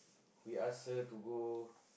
we ask her to go